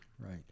Right